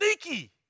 sneaky